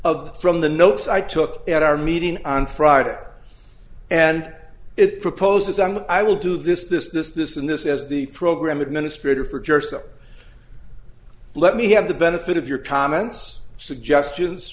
of from the notes i took at our meeting on friday and it proposes and i will do this this this this and this as the program administrator for jessa let me have the benefit of your comments suggestions